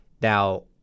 Now